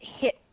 hit